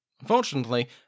Unfortunately